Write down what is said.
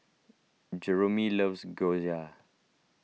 Jeromy loves Gyoza